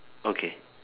okay